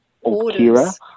orders